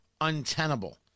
untenable